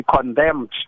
condemned